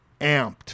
amped